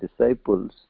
disciples